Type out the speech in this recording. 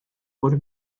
por